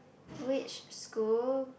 which school